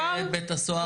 מפקד בית הסוהר.